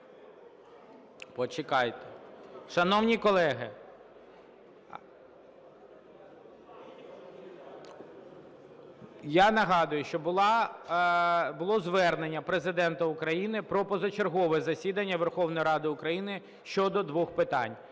колеги! Шановні колеги, я нагадую, що було звернення Президента України про позачергове засідання Верховної Ради України щодо двох питань: